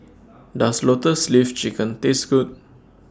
Does Lotus Leaf Chicken Taste Good